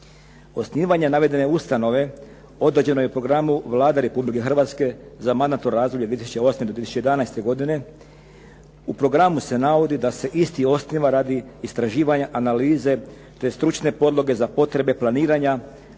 Osnivanje navedene ustanove određeno je u programu Vlada Republike Hrvatske za mandatno razdoblje 2008. do 2011. godine. U programu se navodi da se isti osniva radi istraživanja analize, te stručne podloge za potrebe planiranja,